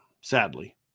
sadly